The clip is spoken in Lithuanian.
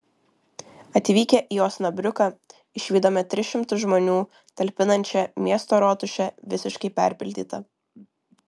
atvykę į osnabriuką išvydome tris šimtus žmonių talpinančią miesto rotušę visiškai perpildytą